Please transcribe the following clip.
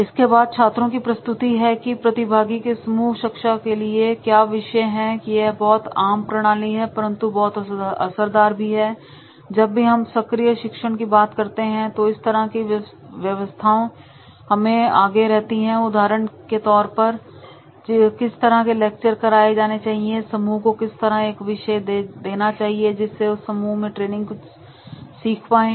इसके बाद छात्रों की प्रस्तुति है की प्रतिभागी के समूह कक्षा के लिए क्या विषय हैं यह बहुत आम प्रणाली है परंतु बहुत असरदार भी है जब भी हम सक्रिय शिक्षण की बात करते हैं तो इस तरह की व्यवस्थाएं हमारे आगे रहती हैं उदाहरण केके तौर पर किस तरह के लेक्चर कराए जाने चाहिए और समूह को किस तरह एक विषय देना चाहिए जिससे उस समूह के ट्रेनिंग कुछ सीख पाएं